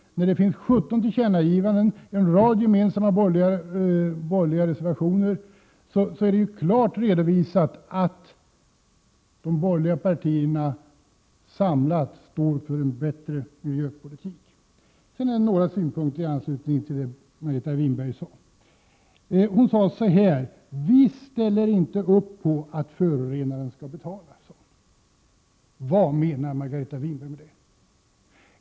Nu, när det finns 17 tillkännagivanden och en rad gemensamma borgerliga reservationer, är det klart redovisat att de borgerliga partierna samlat står för en bättre miljöpolitik. Sedan några synpunkter i anslutning till det Margareta Winberg sade. Hon sade så här: Vi ställer inte upp på att förorenare skall betala. Vad menar Margareta Winberg med det?